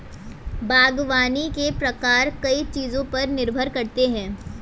बागवानी के प्रकार कई चीजों पर निर्भर करते है